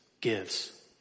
gives